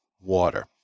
water